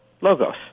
logos